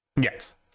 Yes